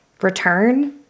return